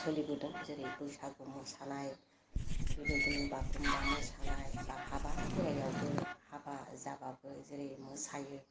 सोलिबोदों जेरै बैसागु मोसानाय बेबायदिनो बागुरुम्बा मोसानाय बा हाबा खेराइयावबो हाबा जाबाबो जेरै मोसायो